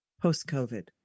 post-COVID